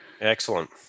Excellent